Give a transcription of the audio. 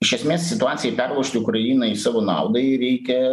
iš esmės situacijai perlaužti ukrainai savo naudai reikia